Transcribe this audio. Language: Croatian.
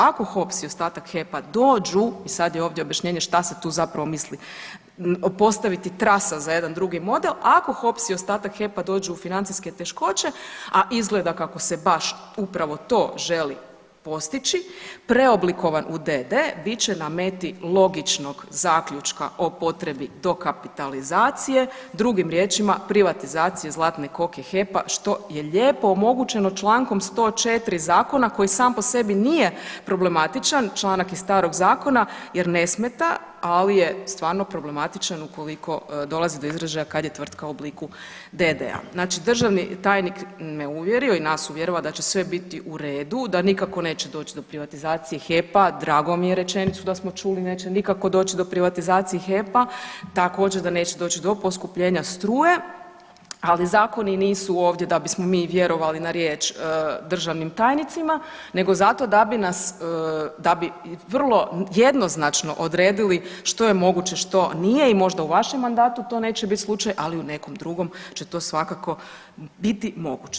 Ako HOPS i ostatak HEP-a dođu, i sad je ovdje objašnjenje šta se tu zapravo misli, postaviti trasa za jedan drugi model, ako HOPS i ostatak HEP-a dođu u financijske teškoće, a izgleda kako se baš upravo to želi postići, preoblikovan u d.d., bit će na meti logičnog zaključka o potrebi dokapitalizacije, drugim riječima, privatizacije zlatne koke HEP-a, što je lijepo omogućeno čl. 104. zakona koji sam po sebi nije problematičan, članak iz starog zakona jer ne smeta, ali je stvarno problematičan ukoliko dolazi do izražaja kad je tvrtka u obliku d.d.-a. Znači državni tajnik me uvjerio i nas uvjerava da će sve biti u redu, da nikako neće doći do privatizacije HEP-a, drago mi je, rečenicu da smo čuli, neće nikako doći do privatizacije HEP-a, također, da neće doći do poskupljenja struje, ali zakoni nisu ovdje da bismo mi vjerovali na riječ državnim tajnicima, nego zato da bi nas, da bi vrlo jednoznačno odredili što je moguće, što nije i možda u vašem mandatu to neće biti slučaj, ali u nekom drugom će to svakako biti moguće.